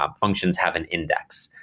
um functions have an index,